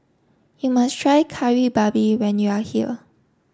you must try Kari Babi when you are here